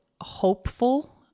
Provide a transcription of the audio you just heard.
hopeful